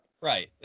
Right